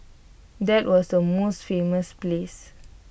that was the most famous place